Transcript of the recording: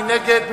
מי נגד?